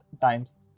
times